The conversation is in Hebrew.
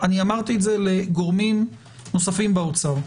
אמרתי את זה לגורמים נוספים באוצר.